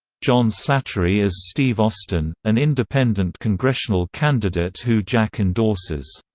john slattery as steve austin, an independent congressional candidate who jack endorses.